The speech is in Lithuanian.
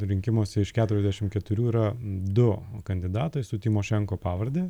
rinkimuose iš keturiasdešim keturių yra du kandidatai su tymošenko pavarde